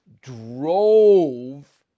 drove